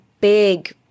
big